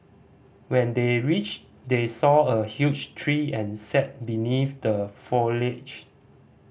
when they reached they saw a huge tree and sat beneath the foliage